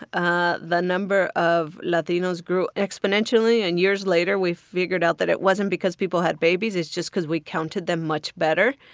ah the number of latinos grew exponentially. and years later, we figured out that it wasn't because people had babies. it's just because we counted them much better.